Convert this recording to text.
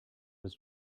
was